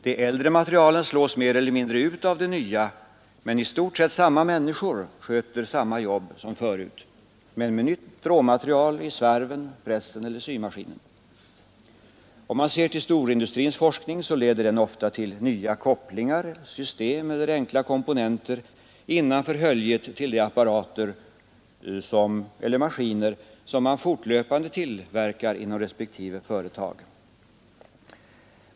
De äldre materialen slås mer eller mindre ut av de nya, men i stort sett samma människor sköter samma jobb som förut men med nytt råmaterial i svarven, pressen eller symaskinen Storindustrins forskning leder ofta till nya kopplingar, system eller enkla komponenter innanför höljet till de apparater eller maskiner som man fortlöpande tillverkar inom respektive företag.